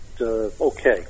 okay